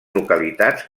localitats